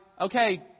Okay